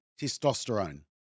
testosterone